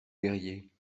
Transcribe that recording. guerrier